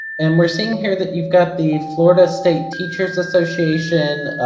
and we're seeing here that you've got the florida state teachers association,